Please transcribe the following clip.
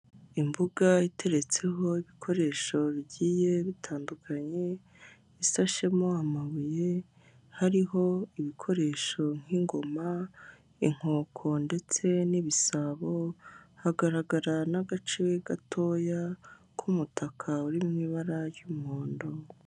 Imbuga iteretseho ibikoresho bigiye bitandukanye isashemo amabuye hariho ibikoresho nk'ingoma, inkoko ndetse n'ibisabo hagaragara n'agace gatoya k'umutaka uri mu ibara ry'umuhondo.